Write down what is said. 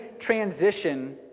transition